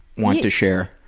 want to share?